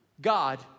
God